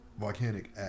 Volcanic